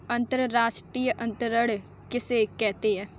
अंतर्राष्ट्रीय अंतरण किसे कहते हैं?